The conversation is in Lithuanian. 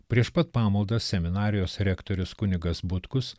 prieš pat pamaldas seminarijos rektorius kunigas butkus